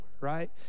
right